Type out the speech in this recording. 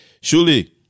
Surely